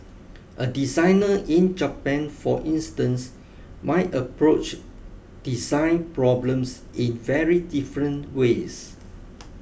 a designer in Japan for instance might approach design problems in very different ways